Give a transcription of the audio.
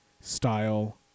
style